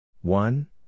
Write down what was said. One